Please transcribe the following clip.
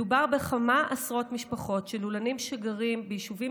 מדובר בכמה עשרות משפחות של לולנים שגרים ביישובים